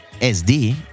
SD